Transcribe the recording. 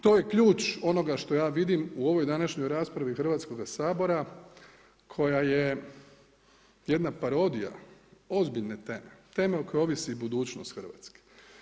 To je ključ onoga što ja vidim u ovoj današnjoj raspravi Hrvatskoga sabora koja je jedna parodija ozbiljne teme, teme o kojoj ovisi budućnost Hrvatske.